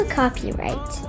copyright